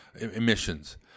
emissions